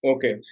Okay